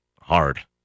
hard